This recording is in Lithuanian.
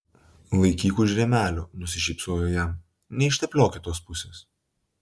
laikyk už rėmelio nusišypsojo jam neištepliok kitos pusės